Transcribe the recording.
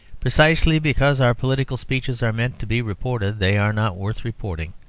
precisely because our political speeches are meant to be reported, they are not worth reporting.